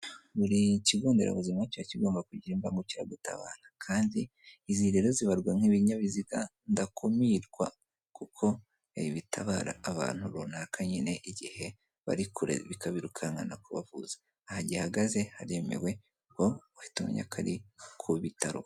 Buri kigo nderabuzima cyiba kigomba kugira imbagukiragutabara, kandi izi rero zibarwa nk'ibinyabiziga ndakumirwa kuko bitabara abantu runaka nyine igihe bari kure, bikabirukankana kubavuza. Aha gihagaze haremewe ubwo uhita umenya ko ari ku bitaro.